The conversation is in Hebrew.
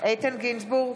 איתן גינזבורג,